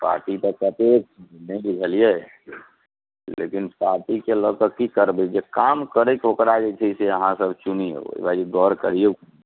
party तऽ कतेक नहि बुझलियै लेकिन पार्टीके लऽ कऽ की करबै जे काम करैत छै ओकरा जे छै से अहाँ सब चिन्हियौ अइ लऽ जे गौर करियौ कनि